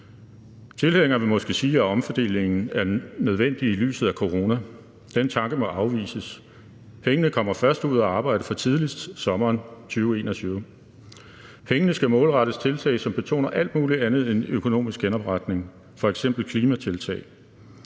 Tilhængere vil måske sige, at omfordelingen er nødvendig i lyset af corona. Den tanke må afvises. Pengene kommer først ud at arbejde fra tidligst i sommeren 2021. Pengene skal målrettes tiltag, som betoner alt muligt andet end økonomisk genopretning, f.eks. klimatiltag.